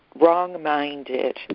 wrong-minded